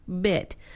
bit